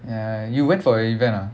ya you went for an event ah